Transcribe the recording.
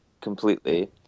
completely